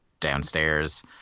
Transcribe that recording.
downstairs